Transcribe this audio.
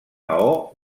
maó